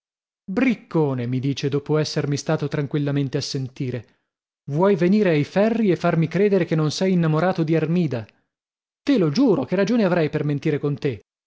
briccone mi dice dopo essermi stato tranquillamente a sentire vuoi venire ai ferri e farmi credere che non sei innamorato di armida te lo giuro che ragione avrei per mentire con te